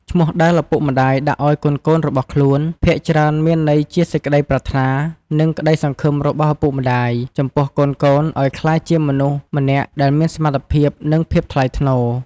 ឈ្មោះដែលឪពុកម្តាយដាក់ឲ្យកូនៗរបស់ខ្លួន ភាគច្រើនមានន័យជាសេចក្តីប្រាថ្នា និង ក្តីសង្ឃឹមរបស់ឪពុកម្តាយ ចំពោះកូនៗឲ្យក្លាយជាមនុស្សម្នាក់ដែលមានសមត្ថភាព និងភាពថ្លៃថ្នូរ។